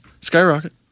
skyrocket